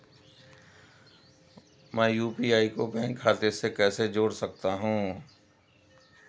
मैं यू.पी.आई को बैंक खाते से कैसे जोड़ सकता हूँ?